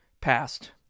passed